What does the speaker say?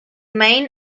main